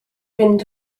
fynd